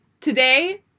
today